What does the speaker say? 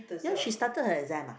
ya she started her exam ah